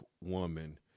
woman